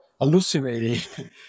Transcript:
hallucinating